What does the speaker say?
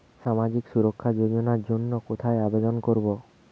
সামাজিক সুরক্ষা যোজনার জন্য কোথায় আবেদন করব?